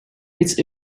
its